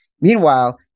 Meanwhile